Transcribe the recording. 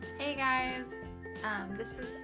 hey guys this is